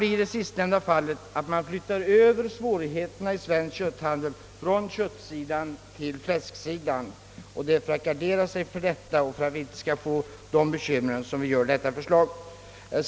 I det sistnämnda fallet kan det bli så, att man överflyttar svårigheterna inom svensk kötthandel från köttsidan till fläsksidan och det är för att gardera sig häremot som vi har framlagt vårt förslag.